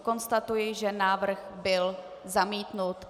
Konstatuji, že návrh byl zamítnut.